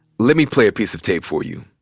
let me play a piece of tape for you.